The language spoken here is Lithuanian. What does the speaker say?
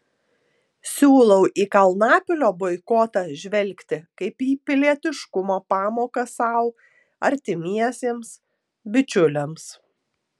siūlau į kalnapilio boikotą žvelgti kaip į pilietiškumo pamoką sau artimiesiems bičiuliams